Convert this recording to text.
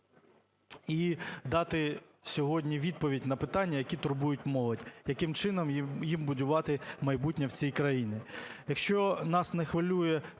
і дати сьогодні відповідь на питання, які турбують молодь, яким чином їм будувати майбутнє в цій країні.